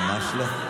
למה?